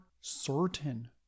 certain